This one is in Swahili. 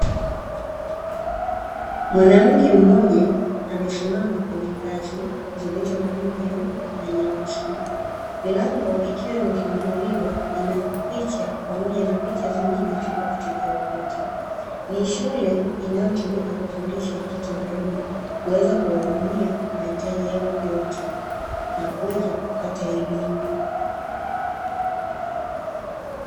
Mwanamke mmoja amesimama kwenye ngazi zilizo na rangi nyeupe na nyeusi. Milango ikiwa imefunguliwa ina picha pamoja na picha zingine zipo katika ukuta. Ni shule inayotumika kufundisha watoto wadogo, kuweza kuwahudumia mahitaji yao yote na kuweza kupata elimu.